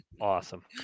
Awesome